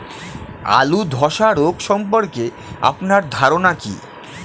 আলু ধ্বসা রোগ সম্পর্কে আপনার ধারনা কী?